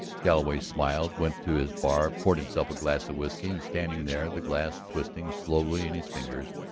galloway smiled, went to his bar, poured himself a glass of whiskey, and standing there, the glass twisting slowly in his fingers,